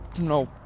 no